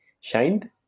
shined